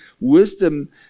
wisdom